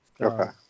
Okay